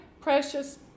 precious